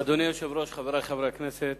אדוני היושב-ראש, חברי חברי הכנסת,